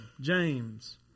James